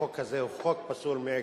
החוק הזה הוא חוק פסול מעיקרו,